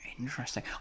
Interesting